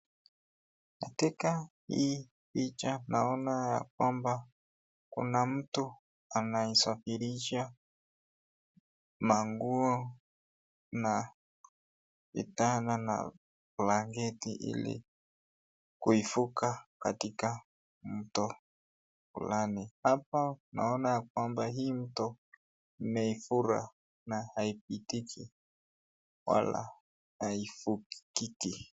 Katika hii picha tunaona ya kwamba kuna mtu anayesafirisha manguo na kitanda na blanketi ili kuivuka katika mto fulani. Hapa tunaona ya kwamba hii mto imefura na haipitiki wala haivukiki.